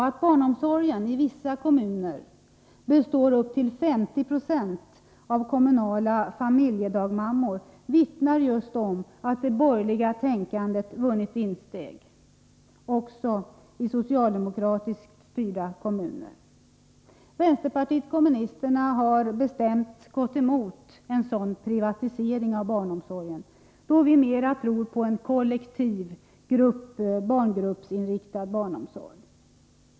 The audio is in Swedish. Att barnomsorgen i vissa kommuner upp till 5096 består av kommunala familjedagmammor vittnar just om att det borgerliga tänkandet vunnit insteg — också i socialdemokratiskt styrda kommuner. Vpk har bestämt gått emot en sådan privatisering av barnomsorgen, då vi mer tror på en kollektiv, barngruppsinriktad barnomsorg.